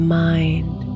mind